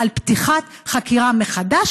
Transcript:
על פתיחת חקירה מחדש,